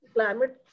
Climate